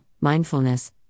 mindfulness